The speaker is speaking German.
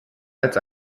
als